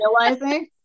realizing